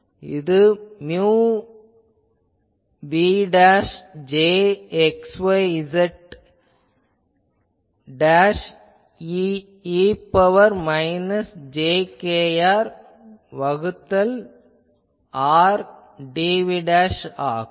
இது mu v Jxyz e இன் power minus j kR வகுத்தல் R dv ஆகும்